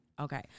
Okay